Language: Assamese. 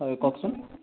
হয় কওকচোন